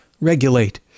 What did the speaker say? regulate